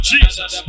Jesus